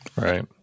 Right